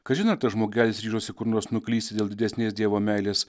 kažin ar žmogelis ryžosi kur nors nuklysti dėl didesnės dievo meilės